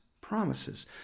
promises